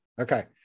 Okay